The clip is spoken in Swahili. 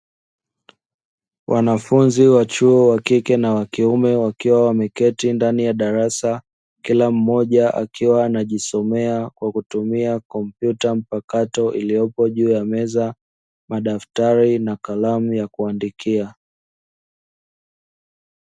Wanafunzi wa chuo wakike na wakiume, wakiwa wameketi ndani ya darasa kila mmoja akiwa anajisomea kwa kutumia kompyuta mpakato iliyopo juu ya meza, madaftari na kalamu ya kuandikia.